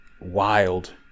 wild